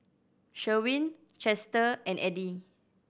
Sherwin Chester and Eddie